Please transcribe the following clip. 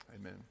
Amen